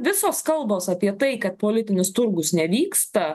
visos kalbos apie tai kad politinis turgus nevyksta